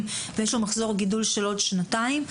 ויש לו מחזור גידול של עוד שנתיים,